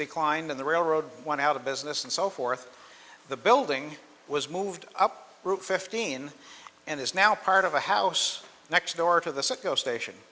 declined in the railroad one out of business and so forth the building was moved up fifteen and is now part of a house next door to the soko station